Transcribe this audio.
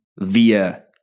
via